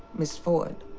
ms. ford,